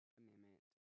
amendment